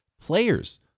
players